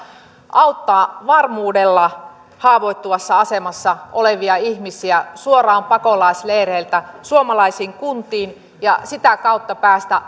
auttaa varmuudella haavoittuvassa asemassa olevia ihmisiä suoraan pakolaisleireiltä suomalaisiin kuntiin ja sitä kautta päästä